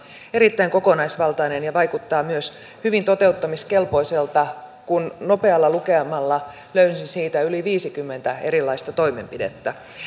erittäin kokonaisvaltainen ja vaikuttaa myös hyvin toteuttamiskelpoiselta kun nopealla lukemalla löysin siitä yli viisikymmentä erilaista toimenpidettä